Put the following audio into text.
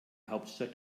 hauptstadt